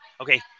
Okay